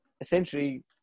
essentially